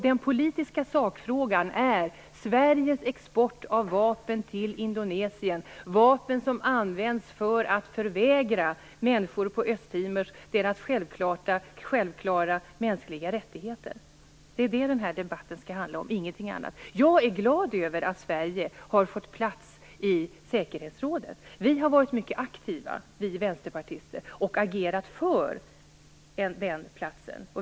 Den politiska sakfrågan är Sveriges export av vapen till Indonesien, vapen som används för att förvägra människor på Östtimor deras självklara mänskliga rättigheter. Det är det den här debatten skall handla om, ingenting annat. Jag är glad över att Sverige har fått plats i säkerhetsrådet. Vi vänsterpartister har varit mycket aktiva och agerat för den platsen.